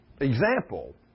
example